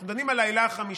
אנחנו דנים על העילה החמישית,